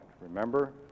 Remember